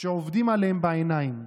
שעובדים עליהם בעיניים,